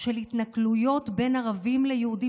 של התנכלויות בין ערבים ליהודים,